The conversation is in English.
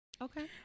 okay